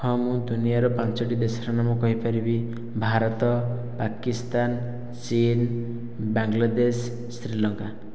ହଁ ମୁଁ ଦୁନିଆର ପାଞ୍ଚଟି ଦେଶର ନାମ କହିପାରିବି ଭାରତ ପାକିସ୍ତାନ ଚୀନ ବାଙ୍ଗ୍ଲାଦେଶ ଶ୍ରୀଲଙ୍କା